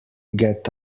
get